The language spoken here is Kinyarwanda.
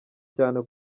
cyane